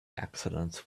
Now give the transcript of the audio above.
accidents